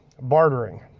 bartering